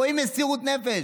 רואים מסירות נפש.